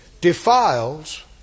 defiles